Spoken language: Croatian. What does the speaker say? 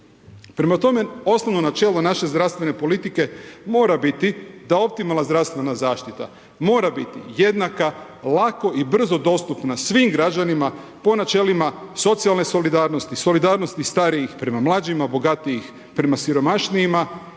Prema tome, osnovno načelo naše zdravstvene politike mora biti da optimalna zdravstvena zaštita mora biti jednaka, lako i brzo dostupna svim građanima po načelima socijalne solidarnosti, solidarnosti starijih prema mlađima, bogatijih prema siromašnijima